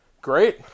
Great